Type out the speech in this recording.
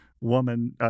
woman